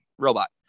robot